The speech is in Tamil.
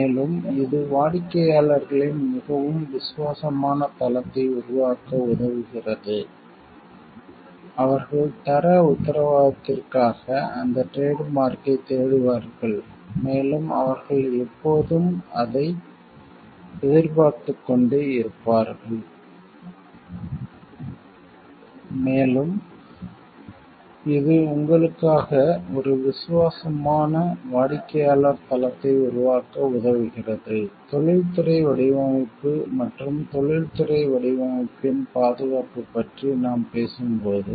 மேலும் இது வாடிக்கையாளர்களின் மிகவும் விசுவாசமான தளத்தை உருவாக்க உதவுகிறது அவர்கள் தர உத்தரவாதத்திற்காக அந்த டிரேட் மார்க்யைத் தேடுவார்கள் மேலும் அவர்கள் எப்போதும் அதை எதிர்பார்த்துக் கொண்டே இருப்பார்கள் மேலும் இது உங்களுக்காக ஒரு விசுவாசமான வாடிக்கையாளர் தளத்தை உருவாக்க உதவுகிறது தொழில்துறை வடிவமைப்பு மற்றும் தொழில்துறை வடிவமைப்பின் பாதுகாப்பு பற்றி நாம் பேசும்போது